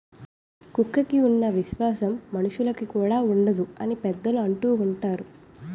కుక్కకి ఉన్న విశ్వాసం మనుషులుకి కూడా ఉండదు అని పెద్దలు అంటూవుంటారు